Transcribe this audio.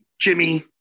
Jimmy